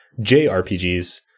JRPGs